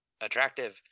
attractive